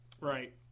Right